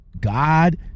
God